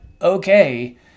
okay